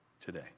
today